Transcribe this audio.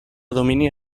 domini